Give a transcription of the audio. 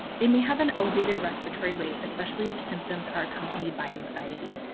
they may had and elevated respiratory rate especially if symptoms are accompanied by anxiety.